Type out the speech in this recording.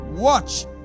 Watch